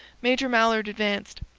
major mallard advanced.